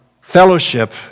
fellowship